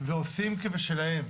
ועושים כשלהם.